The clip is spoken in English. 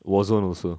warzone also